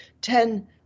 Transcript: ten